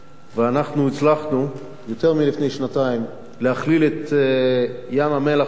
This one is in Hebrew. ואנחנו הצלחנו יותר מאשר לפני שנתיים להכליל את ים-המלח שלנו